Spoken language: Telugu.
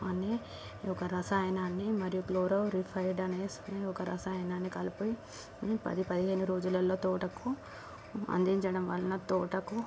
అనే ఒక రసాయనాన్నిమరియు క్లోరోరిఫైడ్ అనేసి ఒక రసాయనాన్ని కలిపి పది పదిహేను రోజులల్లో తోటకు అందించడం వలన తోటకు